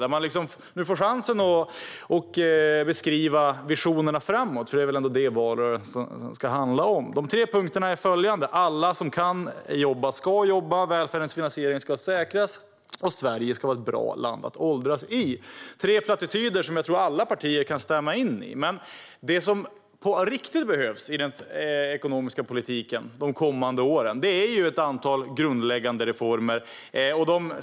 Nu fick hon chansen att beskriva visionerna framåt, för det är väl det som valrörelsen ska handla om. De tre punkterna är följande: Alla som kan jobba ska jobba, välfärdens finansiering ska säkras och Sverige ska vara ett bra land att åldras i. Det är tre plattityder som jag tror att alla partier kan instämma i. Men det som behövs på riktigt under de kommande åren är ett antal grundläggande reformer.